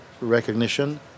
recognition